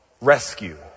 rescue